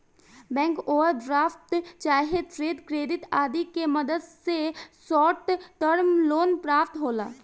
bank overdraft चाहे trade credit आदि के मदद से शॉर्ट टर्म लोन प्राप्त होला